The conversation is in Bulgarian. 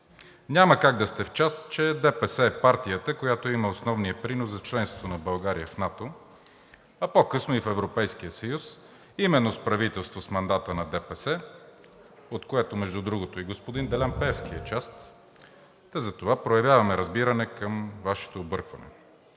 няма как да сте в час, че ДПС е партията, която има основния принос за членството на България в НАТО, а по-късно и в Европейския съюз, именно с правителство с мандата на ДПС, от което, между другото, и господин Делян Пеевски е част, та затова проявяваме разбиране към Вашето объркване.